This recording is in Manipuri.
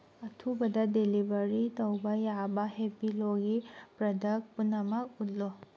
ꯑꯊꯨꯕꯗ ꯗꯦꯂꯤꯚꯔꯤ ꯇꯧꯕ ꯌꯥꯕ ꯍꯦꯞꯄꯤꯂꯣꯒꯤ ꯄ꯭ꯔꯗꯛ ꯄꯨꯝꯅꯃꯛ ꯎꯠꯂꯨ